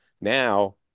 Now